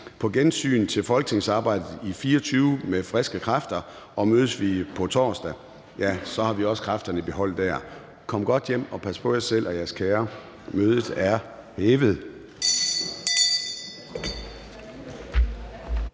På gensyn til folketingsarbejdet i 2024 med friske kræfter. Og mødes vi på torsdag, ja, så har vi også kræfterne i behold dér. Kom godt hjem, og pas på jer selv og jeres kære. Mødet er hævet.